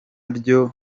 byo